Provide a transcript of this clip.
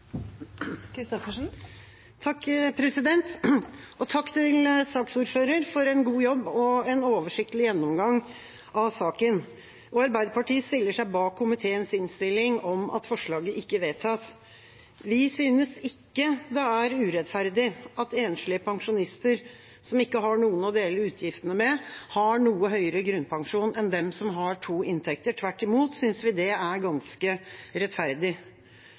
Takk til saksordføreren for en god jobb og en oversiktlig gjennomgang av saken. Arbeiderpartiet stiller seg bak komiteens innstilling om at forslaget ikke vedtas. Vi synes ikke det er urettferdig at enslige pensjonister, som ikke har noen å dele utgiftene med, har noe høyere grunnpensjon enn dem som har to inntekter. Tvert imot synes vi det er ganske rettferdig.